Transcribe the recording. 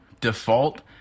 default